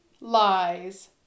lies